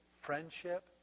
friendship